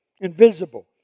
invisible